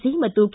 C ಮತ್ತು K